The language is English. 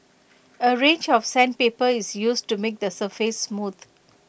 A range of sandpaper is used to make the surface smooth